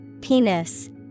Penis